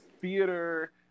theater